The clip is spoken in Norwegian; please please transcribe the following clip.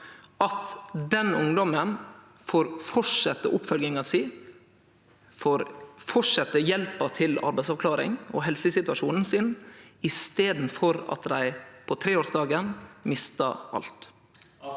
at den ungdommen får fortsetje med oppfølginga si, får fortsetje med hjelpa til arbeidsavklaring om helsesituasjonen sin, i staden for at ein på treårsdagen mister alt?